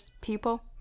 people